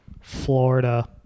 Florida